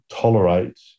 tolerate